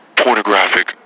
pornographic